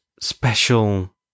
special